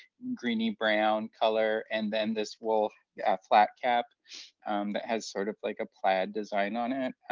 greeny-brown color, and then this, wool yeah flat cap that has sort of like a plaid design on it.